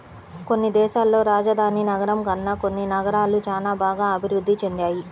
కొన్ని దేశాల్లో రాజధాని నగరం కన్నా కొన్ని నగరాలు చానా బాగా అభిరుద్ధి చెందాయి